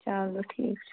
چلو ٹھیٖک چھُ